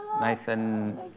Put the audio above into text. Nathan